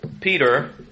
Peter